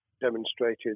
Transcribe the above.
demonstrated